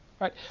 right